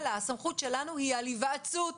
הסמכות שלנו היא על היוועצות,